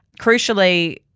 Crucially